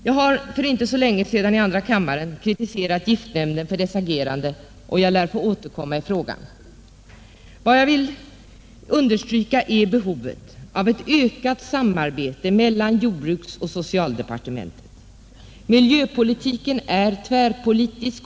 Jag har för inte så länge sedan i andra kammaren kritiserat giftnämnden för dess agerande, och jag lär få återkomma i den frågan. Vad jag vill understryka är behovet av ett ökat samarbete mellan jordbruksdepartementet och socialdepartementet. Miljöpolitiken är tvärpolitisk.